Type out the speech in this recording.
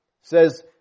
says